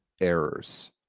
errors